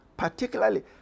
particularly